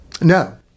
No